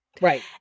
right